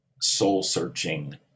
soul-searching